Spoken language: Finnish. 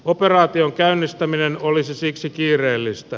operaation käynnistäminen olisi siksi kiireellistä